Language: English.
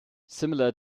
similar